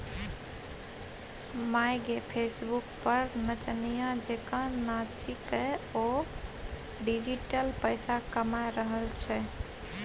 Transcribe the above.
माय गे फेसबुक पर नचनिया जेंका नाचिकए ओ डिजिटल पैसा कमा रहल छै